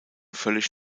völlig